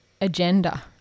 agenda